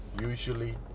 usually